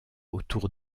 autour